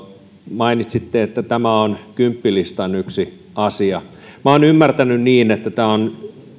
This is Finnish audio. mainitsitte että tämä on kymppilistan yksi asia minä olen ymmärtänyt niin että tämä on